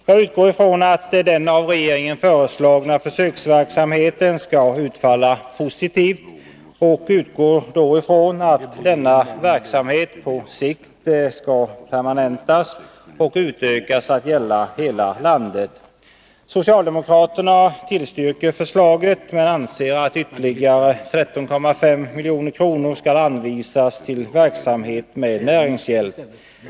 Jag utgår ifrån att den av regeringen föreslagna försöksverksamheten skall utfalla positivt och att denna verksamhet på sikt kan permanentas och utökas att gälla hela landet. milj.kr. skall anvisas till verksamhet med näringshjälp.